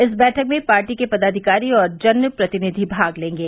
इस बैठक में पार्टी के पदाधिकारी और जनप्रतिनिधि भाग लेंगे